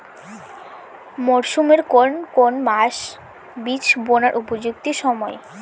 মরসুমের কোন কোন মাস বীজ বোনার উপযুক্ত সময়?